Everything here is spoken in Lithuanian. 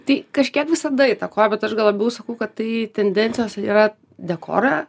tai kažkiek visada įtakoja bet aš gal labiau sakau kad tai tendencijos yra dekorą